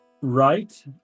right